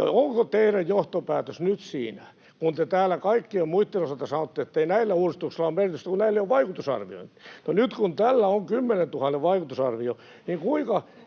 arvio. Onko teidän johtopäätöksenne nyt siinä, kun te täällä kaikkien muitten osalta sanotte, ettei näillä uudistuksilla ole merkitystä, kun näillä ei ole vaikutusarvioita? No, kun tällä nyt on kymmenentuhannen vaikutusarvio, niin kuinka